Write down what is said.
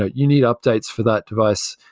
ah you need updates for that device.